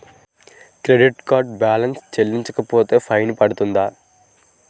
Credit card balance చెల్లించకపోతే fine పడ్తుంద?